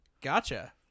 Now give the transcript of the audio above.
Gotcha